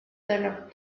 elle